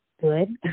good